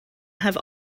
have